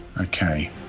Okay